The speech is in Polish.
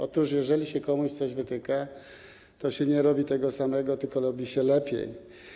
Otóż jeżeli się komuś coś wytyka, to się nie robi tego samego, tylko robi się lepiej.